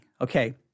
okay